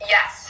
Yes